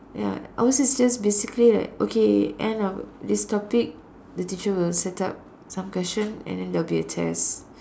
ya ours is just basically like okay end of this topic the teacher will set up some question and then there will be a test